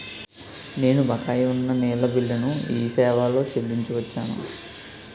నేను బకాయి ఉన్న నీళ్ళ బిల్లును ఈ సేవాలో చెల్లించి వచ్చాను